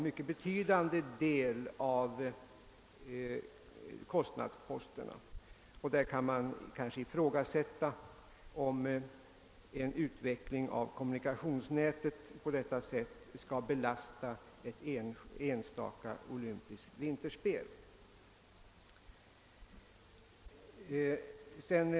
Man kan ifrågasätta om en utveckling av kommunikationsnätet på detta sätt skall behöva belasta ett enstaka olympiskt vinterspelsarrangemang.